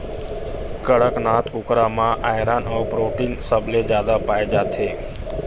कड़कनाथ कुकरा म आयरन अउ प्रोटीन सबले जादा पाए जाथे